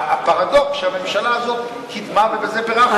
והפרדוקס הוא שהממשלה הזאת קידמה ובזה בירכתי אותה.